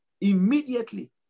Immediately